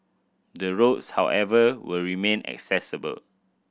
the roads however will remain accessible